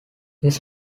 this